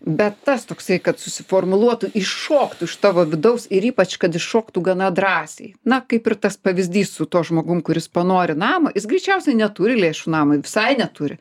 bet tas toksai kad susiformuluotų iššoktų iš tavo vidaus ir ypač kad iššoktų gana drąsiai na kaip ir tas pavyzdys su tuo žmogum kuris panori namo jis greičiausiai neturi lėšų namui visai neturi